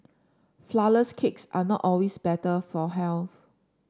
flourless cakes are not always better for health